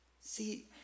See